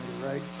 right